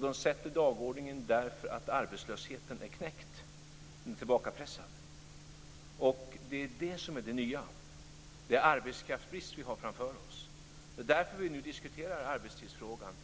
De sätter dagordningen därför att arbetslösheten är knäckt och tillbakapressad. Det är det som är det nya. Det är arbetskraftsbrist vi har framför oss. Det är därför vi nu diskuterar arbetstidsfrågan.